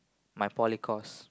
my poly course